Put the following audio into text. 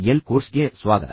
L ಕೋರ್ಸ್ಗೆ ಮತ್ತೆ ಸ್ವಾಗತ